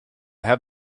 have